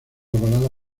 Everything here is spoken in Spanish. balada